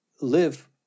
live